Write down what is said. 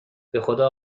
بخدا